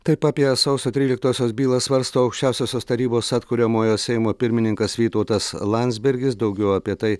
taip apie sausio tryliktosios bylą svarsto aukščiausiosios tarybos atkuriamojo seimo pirmininkas vytautas landsbergis daugiau apie tai